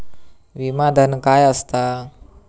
विमा धन काय असता?